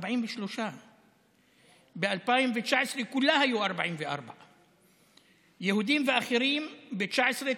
43. ב-2019 כולה היו 44. יהודים ואחרים: ב-2019,